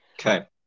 Okay